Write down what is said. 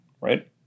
right